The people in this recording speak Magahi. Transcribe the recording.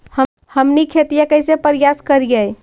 हमनी खेतीया कइसे परियास करियय?